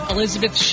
Elizabeth